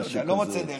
משהו כזה.